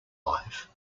life